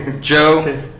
Joe